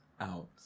out